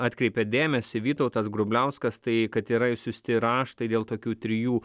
atkreipė dėmesį vytautas grubliauskas tai kad yra išsiųsti raštai dėl tokių trijų